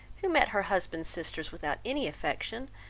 who met her husband's sisters without any affection,